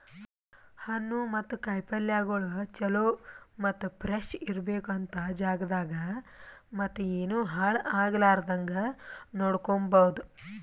ಹಣ್ಣು ಮತ್ತ ಕಾಯಿ ಪಲ್ಯಗೊಳ್ ಚಲೋ ಮತ್ತ ಫ್ರೆಶ್ ಇರ್ಬೇಕು ಅಂತ್ ಜಾಗದಾಗ್ ಮತ್ತ ಏನು ಹಾಳ್ ಆಗಲಾರದಂಗ ನೋಡ್ಕೋಮದ್